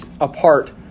apart